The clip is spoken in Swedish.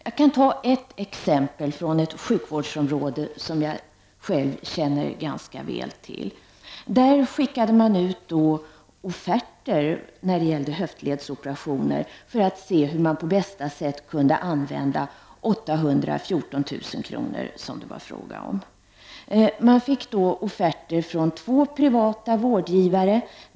Jag kan ta ett exempel från ett sjukvårdsområde som jag själv känner ganska väl till. Där skickade man när det gällde höftledsoperationer ut offerter för att se hur man på bästa sätt kunde använda de 814 000 kr. som det var fråga om. Man fick in offerter från två privata vårdgivare.